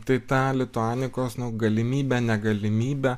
tai tą lituanikos nuo galimybę negalimybę